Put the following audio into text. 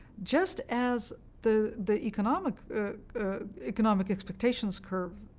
just as the the economic economic expectations curve